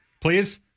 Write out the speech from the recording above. please